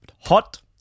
Hot